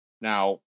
Now